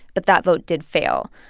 but that vote did fail.